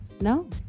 No